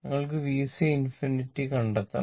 ഞങ്ങൾക്ക് VC∞ കണ്ടെത്താണം